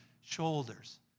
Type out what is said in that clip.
shoulders